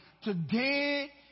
Today